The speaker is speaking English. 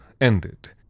ended